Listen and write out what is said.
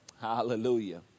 Hallelujah